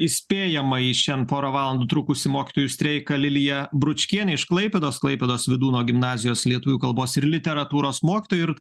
įspėjamąjį šen porą valandų trukusį mokytojų streiką lilija bručkienė iš klaipėdos klaipėdos vydūno gimnazijos lietuvių kalbos ir literatūros mokytoj ir